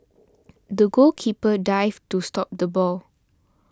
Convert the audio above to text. the goalkeeper dived to stop the ball